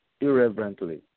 irreverently